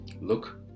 look